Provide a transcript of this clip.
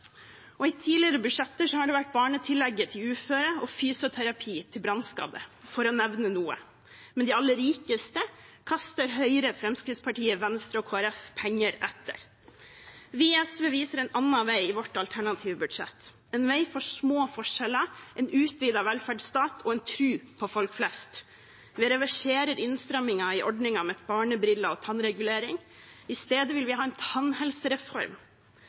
tannregulering. I tidligere budsjetter har det vært barnetillegget til uføre og fysioterapi til brannskadde, for å nevne noe. Men de aller rikeste kaster Høyre, Fremskrittspartiet, Venstre og Kristelig Folkeparti penger etter. Vi i SV viser en annen vei i vårt alternative budsjett, en vei for små forskjeller, en utvidet velferdsstat og en tro på folk flest. Vi reverserer innstrammingen i ordningene med barnebriller og tannregulering. I stedet vil vi ha en tannhelsereform.